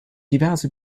diverse